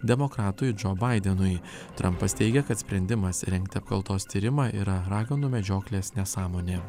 demokratui džo baidenui trampas teigia kad sprendimas rengti apkaltos tyrimą yra raganų medžioklės nesąmonė